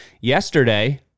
yesterday